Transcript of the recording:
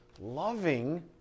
loving